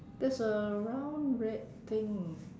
there's a round red thing